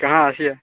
कहाँ हतिए